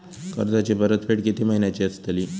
कर्जाची परतफेड कीती महिन्याची असतली?